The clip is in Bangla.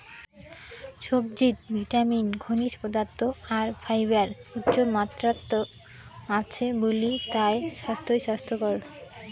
সবজিত ভিটামিন, খনিজ পদার্থ আর ফাইবার উচ্চমাত্রাত আছে বুলি তায় স্বাইস্থ্যকর